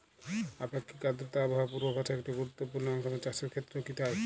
আপেক্ষিক আর্দ্রতা আবহাওয়া পূর্বভাসে একটি গুরুত্বপূর্ণ অংশ এবং চাষের ক্ষেত্রেও কি তাই?